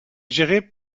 gérée